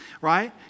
right